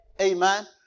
Amen